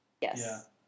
Yes